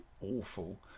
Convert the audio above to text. awful